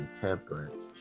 temperance